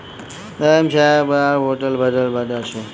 जाहि ठाम भूजलक दोहन बेसी होइत छै, ओहि ठाम भूजलक स्तर नीचाँ भेल जाइत छै